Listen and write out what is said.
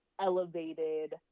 elevated